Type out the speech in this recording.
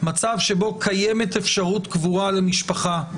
מצב שבו קיימת אפשרות קבורה למשפחה,